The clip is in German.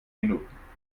minuten